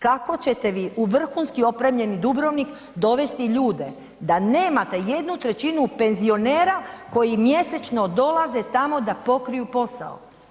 Kako ćete vi u vrhunski opremljeni Dubrovnik dovesti ljude da nemate 1/3 penzionera koji mjesečno dolaze tamo da pokriju posao.